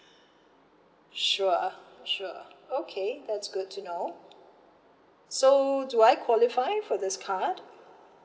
sure sure okay that's good to know so do I qualify for this card